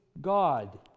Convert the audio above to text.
God